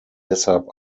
deshalb